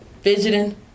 fidgeting